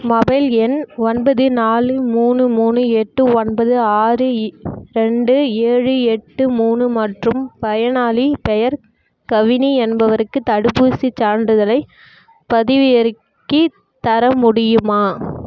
mobile எண் ஒன்பது நாலு மூணு மூணு எட்டு ஒன்பது ஆறு ரெண்டு ஏழு எட்டு மூணு மற்றும் பயனாளி பெயர் கவினி என்பவருக்கு தடுப்பூசிச் சான்றிதழை பதிவிறக்கித் தர முடியுமா